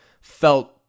felt